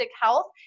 Health